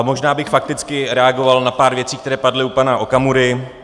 Možná bych fakticky reagoval na pár věcí, které padly u pana Okamury.